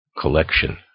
collection